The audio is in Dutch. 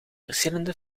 verschillende